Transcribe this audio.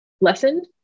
lessened